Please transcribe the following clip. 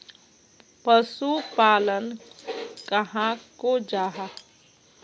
पशुपालन कहाक को जाहा?